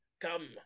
come